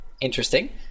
Interesting